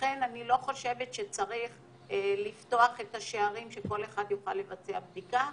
לכן אני לא חושבת שצריך לפתוח את השערים שכל אחד יוכל לבצע בדיקה.